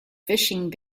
fishing